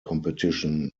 competitions